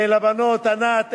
ולבנות ענת,